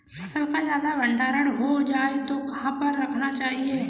फसल का ज्यादा भंडारण हो जाए तो कहाँ पर रखना चाहिए?